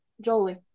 Jolie